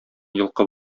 йолкып